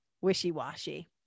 wishy-washy